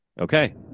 Okay